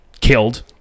killed